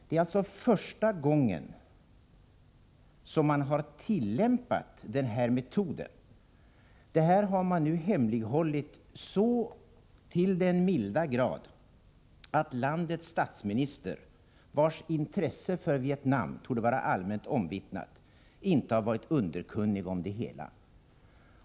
Det är första gången som man har tillämpat den här metoden, och detta har man hemlighållit så till den milda grad att landets statsminister, vars intresse för Vietnam torde vara allmänt omvittnat, inte har varit underkunnig om det hela.